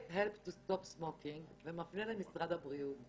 get help to stop smoking ומפנה למשרד הבריאות.